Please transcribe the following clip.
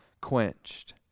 quenched